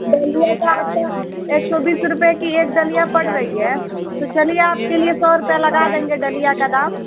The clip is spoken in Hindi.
डलिया का आपका एक सौ बीस रुपये की एक डलिया पड़ रई है तो चलिए आपके लिए सौ रुपये लगा देंगे डलिया का दाम